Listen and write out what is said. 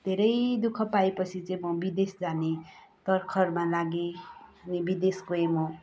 धेरै दुःख पाएँपछि चाहिँ म विदेश जाने तरखरमा लागे अनि विदेश गएँ म